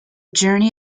journey